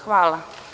Hvala.